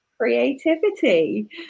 creativity